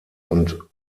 und